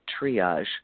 Triage